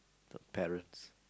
the parents